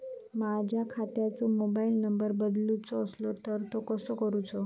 माझ्या खात्याचो mobile number बदलुचो असलो तर तो कसो करूचो?